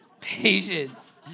Patience